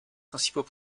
principaux